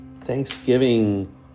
Thanksgiving